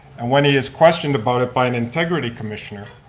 and when he is questioned about it by an integrity commissioner,